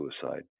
suicide